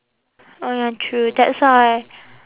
oh ya true that's why